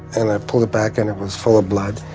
and i pulled it back, and it was full of blood.